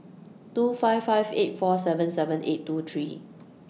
two five five eight four seven seven eight two three